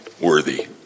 worthy